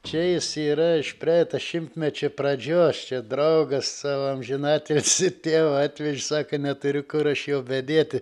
čia jis yra iš praeito šimtmečio pradžios čia draugas savo amžinatilsį tėvą atvežė sako neturiu kur aš jau bedėti